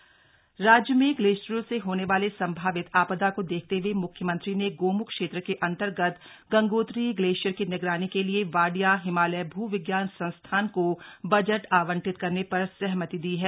glacier की निगरानी राज्य में ग्लेशियरों से होने वाली संभावित आपदा को देखते हुए मुख्यमंत्री ने गोमुख क्षेत्र के अंतर्गत गंगोत्री ग्लेशियर की निगरानी के लिए वाडिया हिमालय भ् विज्ञान संस्थान को बजट आवंटित करने पर सहमति दी है